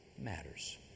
matters